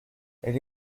elle